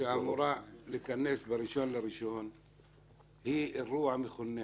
שאמורה להיכנס ב-1 בינואר 2019 היא אירוע מכונן.